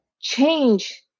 change